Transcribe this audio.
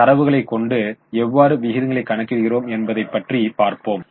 தரவுகளை கொண்டு எவ்வாறு விகிதங்களை கணக்கிடுகிறோம் என்பதை பற்றி பார்ப்போம்